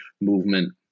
movement